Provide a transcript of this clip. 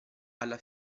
alla